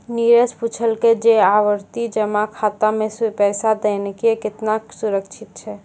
नीरज पुछलकै जे आवर्ति जमा खाता मे पैसा देनाय केतना सुरक्षित छै?